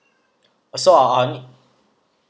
so I'll on